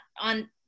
on